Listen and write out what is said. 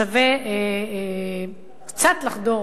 שווה קצת לחדור,